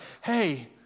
hey